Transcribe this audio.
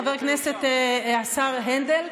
חבר הכנסת השר הנדל,